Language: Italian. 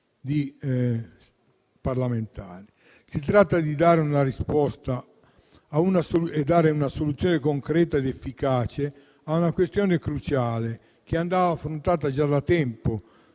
Si tratta di dare una risposta e una soluzione concreta ed efficace a una questione cruciale, che andava affrontata già da tempo